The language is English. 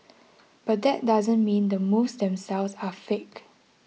but that doesn't mean the moves themselves are fake